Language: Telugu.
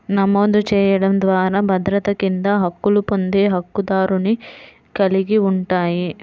నమోదు చేయడం ద్వారా భద్రత కింద హక్కులు పొందే హక్కుదారుని కలిగి ఉంటాయి,